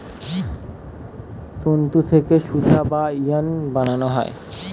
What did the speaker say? তন্তু থেকে সুতা বা ইয়ার্ন বানানো হয়